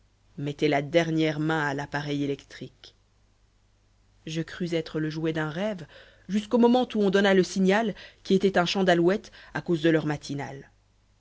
mettait la dernière main à l'appareil électrique je crus être le jouet d'un rêve jusqu'au moment où on donna le signal qui était un chant d'alouette à cause de l'heure matinale